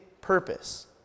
purpose